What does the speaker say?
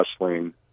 wrestling